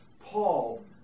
paul